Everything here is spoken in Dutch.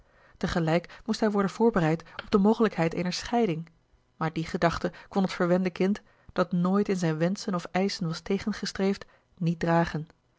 moest hij worden voorbereid op de mogelijkheid eener scheiding maar die gedachte kon het verwende kind dat nooit in zijn wenschen of eischen was tegengestreefd niet dragen